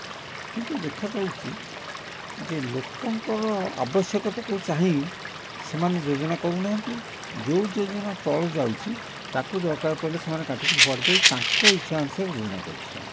କିନ୍ତୁ ଦେଖାଯାଉଛି ଯେ ଲୋକଙ୍କର ଆବଶ୍ୟକତାକୁ ଚାହିଁ ସେମାନେ ଯୋଜନା କରୁନାହାଁନ୍ତି ଯେଉଁ ଯୋଜନା ତଳୁ ଯାଉଛି ତାକୁ ଦରକାର ପଡ଼ିଲେ ସେମାନେ କାଟିକି ଫୋପାଡ଼ି ଦେଇ ତାଙ୍କ ଇଛା ଅନୁସାରେ ଯୋଜନା କରୁଛନ୍ତି